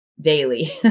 daily